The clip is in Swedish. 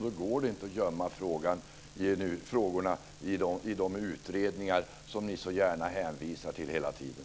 Då går det inte att gömma frågorna i de utredningar som ni så gärna hänvisar till hela tiden.